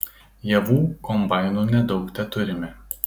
javų kombainų nedaug teturime